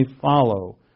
follow